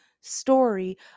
story